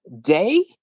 day